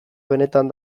benetan